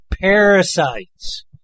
parasites